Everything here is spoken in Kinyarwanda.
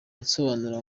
nsobanura